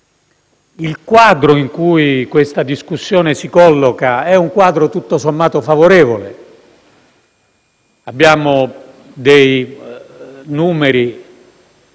Il quadro in cui tale discussione si colloca è tutto sommato favorevole. Abbiamo dei numeri